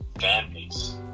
families